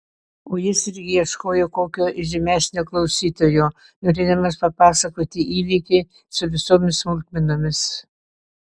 o jis irgi ieškojo kokio įžymesnio klausytojo norėdamas papasakoti įvykį su visomis smulkmenomis